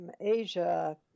Asia